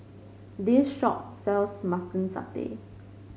this shop sells Mutton Satay